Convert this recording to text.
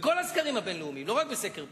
ובכל הסקרים הבין-לאומיים, לא רק בסקר "פיזה",